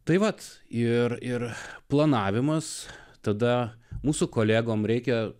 tai vat ir it planavimas tada mūsų kolegom reikia